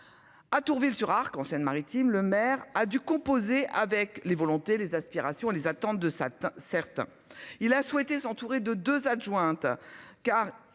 À Turville sur Arc en Seine Maritime. Le maire a dû composer avec les volontés, les aspirations, les attentes de certains certains. Il a souhaité s'entourer de 2 adjointe car